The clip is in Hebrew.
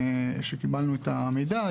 כשקיבלנו את המידע,